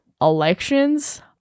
elections